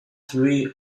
three